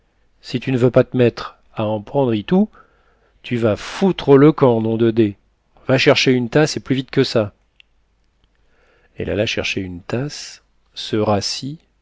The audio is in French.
si tu n'veux pas t'mett'à en prendre itou tu vas foutre le camp nom de d va chercher une tasse et plus vite que ça elle alla chercher une tasse se